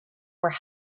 were